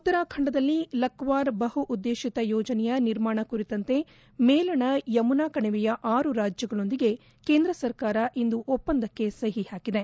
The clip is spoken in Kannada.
ಉತ್ತರಾಖಂಡದಲ್ಲಿ ಲಕ್ವಾರ್ ಬಹು ಉದ್ದೇಶಿತ ಯೋಜನೆಯ ನಿರ್ಮಾಣ ಕುರಿತಂತೆ ಮೇಲಣ ಯಮುನಾ ಕಣಿವೆಯ ಆರು ರಾಜ್ಯಗಳೊಂದಿಗೆ ಕೇಂದ್ರ ಸರ್ಕಾರ ಇಂದು ಒಪ್ಪಂದಕ್ಕೆ ಸಹಿ ಹಾಕಿದೆ